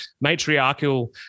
matriarchal